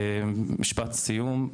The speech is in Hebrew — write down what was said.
משפט סיום.